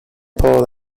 paul